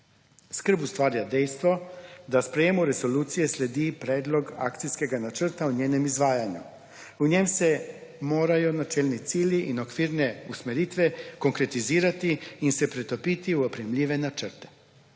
Skrb ustvarja dejstvo, da sprejemu resolucije sledi predlog akcijskega načrta o njenem izvajanju. O njem se morajo načelni cilji in okvirne usmeritve konkretizirati in se pretopiti v oprijemljive načrte.